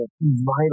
vital